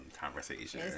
conversation